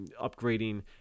upgrading